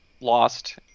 lost